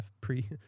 pre